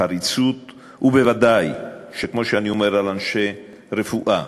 חריצות, ובוודאי שכמו שאני אומר על אנשי רפואה